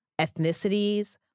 ethnicities